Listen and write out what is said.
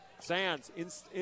Sands